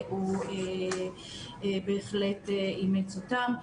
שהוא בהחלט אימץ אותן.